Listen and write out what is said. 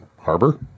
Harbor